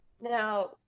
Now